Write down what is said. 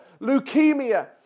leukemia